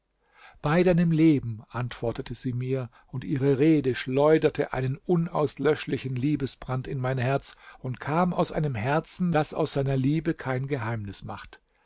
bei deinem leben antwortete sie mir und ihre rede schleuderte einen unauslöschlichen liebesbrand in mein herz und kam aus einem herzen das aus seiner liebe kein geheimnis macht